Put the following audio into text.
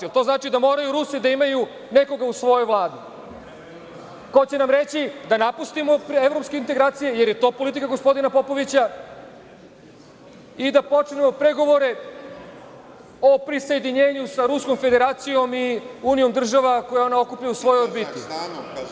Da li to znači da moraju Rusi da imaju nekog svog u Vladi ko će nam reći da napustimo evropske integracije jer je to politika gospodina Popovića i da počnemo pregovore o prisajedinjenju sa Ruskom Federacijom i unijom država koje ona okuplja u svojoj orbiti.